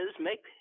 make